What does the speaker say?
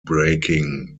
breaking